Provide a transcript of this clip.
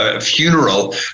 funeral